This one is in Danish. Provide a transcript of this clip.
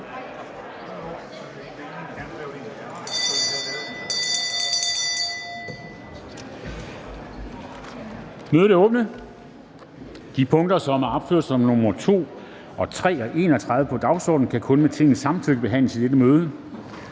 Mødet er åbnet. De punkter, som er opført som nr. 2, 3 og 31 på dagsordenen, kan kun med Tingets samtykke behandles i dette møde.